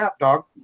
dog